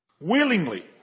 Willingly